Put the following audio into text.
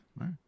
right